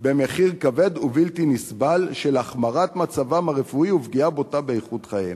"במחיר כבד ובלתי נסבל של החמרת מצבם הרפואי ופגיעה בוטה באיכות חייהם.